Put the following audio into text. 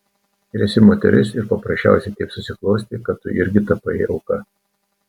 ir esi moteris ir paprasčiausiai taip susiklostė kad tu irgi tapai auka